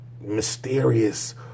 mysterious